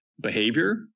behavior